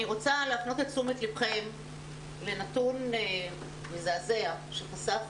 אני רוצה להפנות את תשומת לבכם לנתון מזעזע שחשף